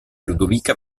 ludovica